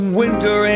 winter